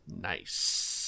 Nice